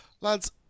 Lads